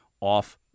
off